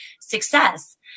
success